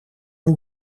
het